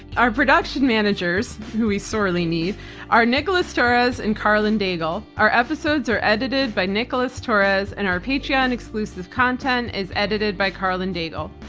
our production managers who we sorely need are nicholas torres and karlyn daigle. our episodes are edited by nicholas torres and our patreon exclusive content is edited by karlyn daigle.